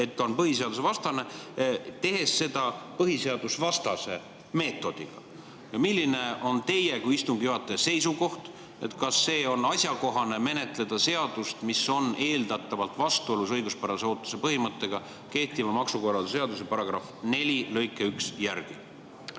see on põhiseadusvastane –, tehes seda põhiseadusvastase meetodiga. Milline on teie kui istungi juhataja seisukoht, kas on asjakohane menetleda seadust, mis on eeldatavalt vastuolus õiguspärase ootuse põhimõttega kehtiva maksukorralduse seaduse § [41] järgi?